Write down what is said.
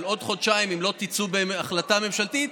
אבל עוד חודשיים אם לא תצאו בהחלטה ממשלתית,